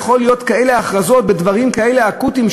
יכולות להיות כאלה הכרזות בדברים כאלה אקוטיים,